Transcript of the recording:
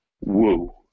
Woo